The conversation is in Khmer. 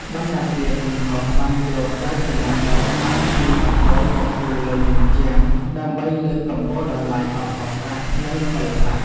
បណ្ណាគារធំៗបានយករចនាបថក្បាច់ភ្ញីអង្គរមកគូរលើជញ្ជាំង ដើម្បីលើកកម្ពស់តម្លៃអក្សរសាស្ត្រ និងសិល្បៈ។